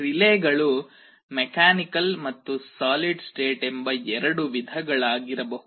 ರಿಲೇಗಳು mechanical ಮತ್ತು solid state ಎಂಬ ಎರಡು ವಿಧಗಳಾಗಿರಬಹುದು